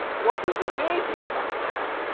what was amazing about that